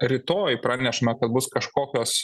rytoj pranešame kad bus kažkokios